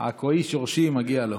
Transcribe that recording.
עכואי שורשי, מגיע לו.